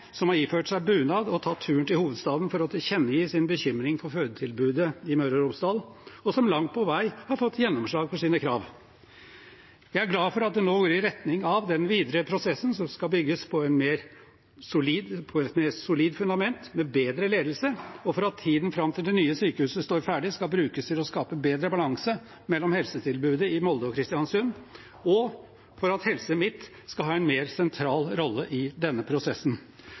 som har iført seg bunad og tatt turen til hovedstaden for å tilkjennegi sin bekymring for fødetilbudet i Møre og Romsdal, og som langt på vei har fått gjennomslag for sine krav. Jeg er glad for at det nå går i retning av at den videre prosessen skal bygges på et mer solid fundament, med bedre ledelse, og for at tiden fram til det nye sykehuset står ferdig, skal brukes til å skape bedre balanse mellom helsetilbudet i Molde og Kristiansund, og for at Helse Midt-Norge skal ha en mer sentral rolle i denne prosessen.